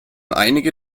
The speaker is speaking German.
einige